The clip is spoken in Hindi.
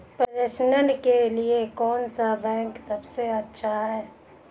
प्रेषण के लिए कौन सा बैंक सबसे अच्छा है?